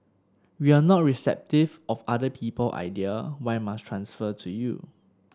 you are not receptive of other people idea why must transfer to you